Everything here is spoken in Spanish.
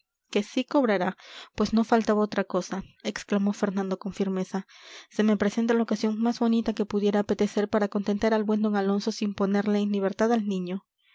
que sí cobrará pues no faltaba otra cosa exclamó fernando con firmeza se me presenta la ocasión más bonita que pudiera apetecer para contentar al buen d alonso sin ponerle en libertad al niño